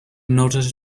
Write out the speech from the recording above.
nodded